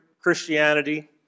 Christianity